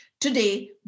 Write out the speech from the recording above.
Today